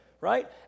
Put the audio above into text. right